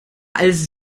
als